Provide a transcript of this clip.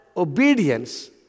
obedience